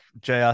JR